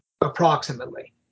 approximately